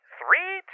three